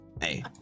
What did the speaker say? Hey